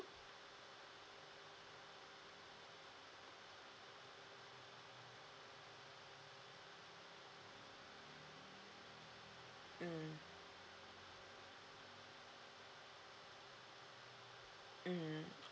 mm mm